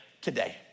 today